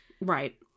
Right